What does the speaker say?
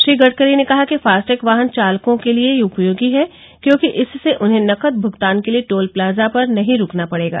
श्री गडकरी ने कहा कि फास्टैग वाहन चालकों के लिए उपयोगी है क्योंकि इससे उन्हें नकद भुगतान के लिए टोल प्लाजा पर नहीं रूकना पड़ेगा